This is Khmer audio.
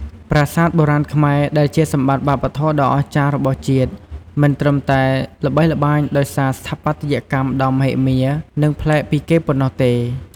ប្រាសាទបុរាណខ្មែរ ដែលជាសម្បត្តិវប្បធម៌ដ៏អស្ចារ្យរបស់ជាតិ មិនត្រឹមតែល្បីល្បាញដោយសារស្ថាបត្យកម្មដ៏មហិមា និងប្លែកពីគេប៉ុណ្ណោះទេ។